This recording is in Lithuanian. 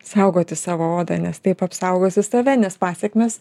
saugoti savo odą nes taip apsaugosi save nes pasekmės